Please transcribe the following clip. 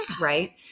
Right